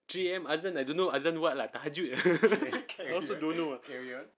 three A_M azan I don't know azan buat lah terkejut I also don't know lah